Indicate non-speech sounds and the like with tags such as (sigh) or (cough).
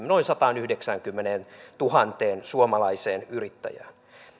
(unintelligible) noin sataanyhdeksäänkymmeneentuhanteen suomalaiseen yrittäjään